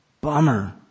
Bummer